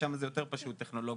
ששם זה יותר פשוט טכנולוגית.